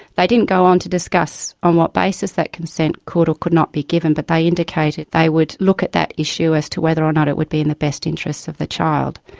they didn't go on to discuss on what basis that consent could or could not be given, but they indicated they would look at that issue as to whether or not it would be in the best interests of the child.